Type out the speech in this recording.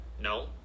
No